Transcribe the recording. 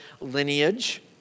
lineage